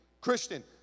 Christian